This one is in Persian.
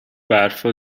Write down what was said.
برفا